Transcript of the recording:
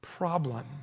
problem